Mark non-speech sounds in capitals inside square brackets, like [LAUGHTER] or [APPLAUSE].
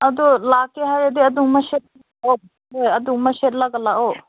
ꯑꯗꯣ ꯂꯥꯛꯀꯦ ꯍꯥꯏꯔꯗꯤ ꯑꯗꯨꯒꯨꯝꯕ [UNINTELLIGIBLE] ꯑꯗꯨꯒꯨꯝꯕ ꯁꯦꯠꯂꯒ ꯂꯥꯛꯑꯣ